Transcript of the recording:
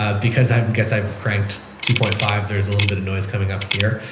ah because i'm guess i'm cranked two point five. there's a little bit of noise coming up here,